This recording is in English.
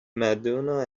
madonna